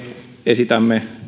esitämme